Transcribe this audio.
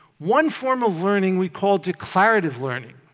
one form of learning we call declarative learning,